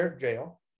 jail